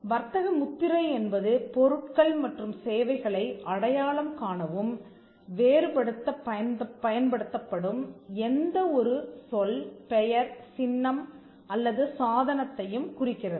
வர்த்தக முத்திரை என்பது பொருட்கள் மற்றும் சேவைகளை அடையாளம் காணவும் வேறுபடுத்தப் பயன்படுத்தப்படும் எந்த ஒரு சொல் பெயர் சின்னம் அல்லது சாதனத்தையும் குறிக்கிறது